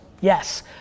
Yes